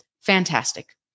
fantastic